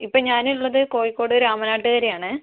ഇപ്പം ഞാനുള്ളത് കോഴിക്കോട് രാമനാട്ടുകരയാണ്